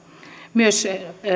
myös